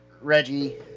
Reggie